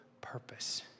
purpose